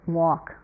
walk